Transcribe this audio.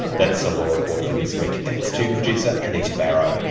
that's the law report for this week. thanks to producer anita barraud,